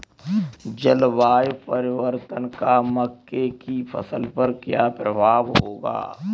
जलवायु परिवर्तन का मक्के की फसल पर क्या प्रभाव होगा?